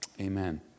Amen